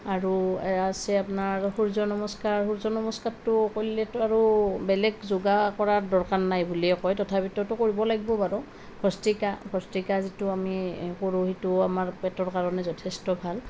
আৰু এয়া আছে আপোনাৰ সূৰ্য নমস্কাৰ সূৰ্য নমস্কাৰ কৰিলেতো আৰু বেলেগ যোগা কৰা দৰকাৰ নাই বুলিয়েই কয় তথাপিতো কৰিব লাগিব বাৰু ভ্ৰষ্টিকা ভ্ৰষ্টিকা যিটো আমি কৰোঁ সেইটো পেটৰ কাৰণে যথেষ্ট ভাল